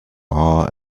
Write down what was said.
are